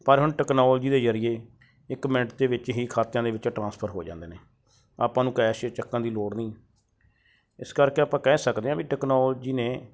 ਪਰ ਹੁਣ ਟਕਨੋਲੋਜੀ ਦੇ ਜ਼ਰੀਏ ਇੱਕ ਮਿੰਟ ਦੇ ਵਿੱਚ ਹੀ ਖਾਤਿਆਂ ਦੇ ਵਿੱਚ ਟ੍ਰਾਂਸਫਰ ਹੋ ਜਾਂਦੇ ਨੇ ਆਪਾਂ ਨੂੰ ਕੈਸ਼ ਚੱਕਣ ਦੀ ਲੋੜ ਨਹੀਂ ਇਸ ਕਰਕੇ ਆਪਾਂ ਕਹਿ ਸਕਦੇ ਹਾਂ ਵੀ ਟਕਨੋਲਜੀ ਨੇ